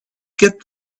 get